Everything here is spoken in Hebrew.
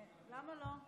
קודם כול, הוא חי